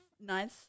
nice